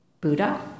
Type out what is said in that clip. Buddha